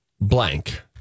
blank